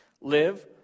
Live